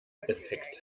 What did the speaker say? effekt